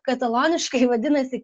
kataloniškai vadinasi